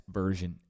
version